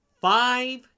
Five